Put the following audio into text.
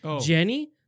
Jenny